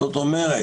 זאת אומרת,